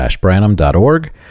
Branham.org